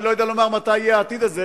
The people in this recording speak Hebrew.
אני לא יודע מתי יהיה העתיד הזה,